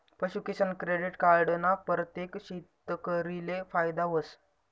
पशूकिसान credit card ना परतेक शेतकरीले फायदा व्हस